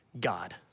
God